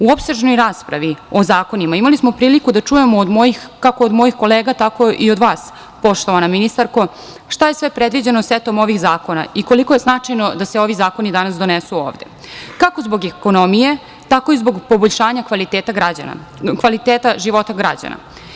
U opsežnoj raspravi o zakonima imali smo priliku da čujemo, kako od mojih kolega tako i od vas, poštovana ministarko šta je sve predviđeno setom ovih zakona i koliko je značajno da se ovi zakoni danas donesu ovde, kako zbog ekonomije, tako i zbog poboljšanja kvaliteta života građana.